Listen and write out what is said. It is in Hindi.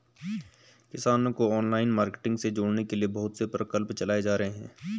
किसानों को ऑनलाइन मार्केटिंग से जोड़ने के लिए बहुत से प्रकल्प चलाए जा रहे हैं